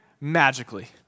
magically